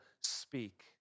speak